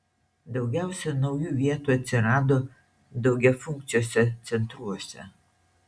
daugiausia naujų vietų atsirado daugiafunkciuose centruose